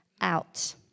out